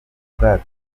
ubwato